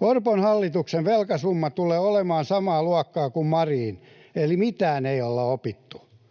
Orpon hallituksen velkasumma tulee olemaan samaa luokkaa kuin Marinin, eli mitään ei olla opittu.